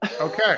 okay